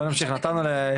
אוקיי, בואי נמשיך, נתנו לאחד.